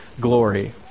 glory